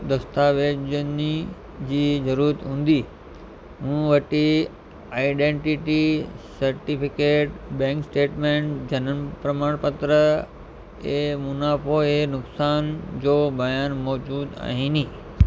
दस्तावेज़नि जी ज़रुरत हूंदी मूं वटि आईडेंटिटी सर्टिफिकेट बैंक स्टेटमेंट जन्म प्रमाणपत्र ऐं मुनाफ़ो ऐ नुक़सान जो बयान मौज़ूदु आहिनि